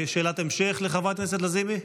שאלת המשך לחברת הכנסת לזימי?